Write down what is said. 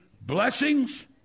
Blessings